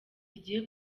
igiye